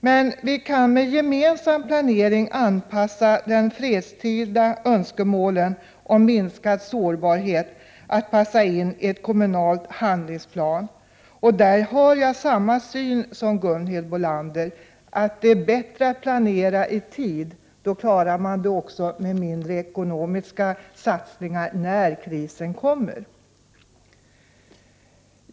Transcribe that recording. Men med gemensam planering kan vi anpassa de fredstida önskemålen om minskad sårbarhet så, att de passar in i en kommunal handlingsplan. I detta avseende delar jag Gunhild Bolanders syn, att det är bättre att planera i tid, för då behövs det mindre ekonomiska satsningar när krisen kommer.